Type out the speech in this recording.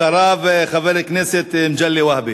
אחריו, חבר הכנסת מגלי והבה.